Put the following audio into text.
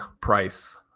price